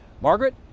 Margaret